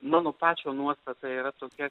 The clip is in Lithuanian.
mano pačio nuostata yra tokia